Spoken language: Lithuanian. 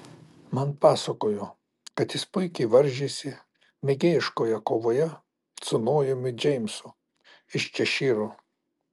man pasakojo kad jis puikiai varžėsi mėgėjiškoje kovoje su nojumi džeimsu iš češyro